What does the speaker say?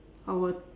our